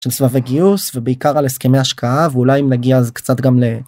של סבבי גיוס ובעיקר על הסכמי השקעה ואולי אם נגיע אז קצת גם ל...